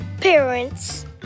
parents